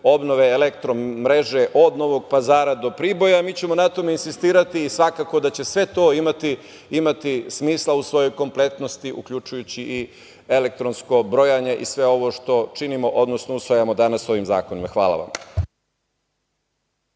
obnove elektro mreže od Novog Pazara do Priboja. Mi ćemo na tome insistirati i svakako da će sve to imati smisla u svojoj kompletnosti, uključujući i elektronsko brojanje i sve ovo što činimo, odnosno usvajamo danas ovim zakonima. Hvala vam.